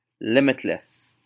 limitless